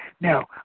Now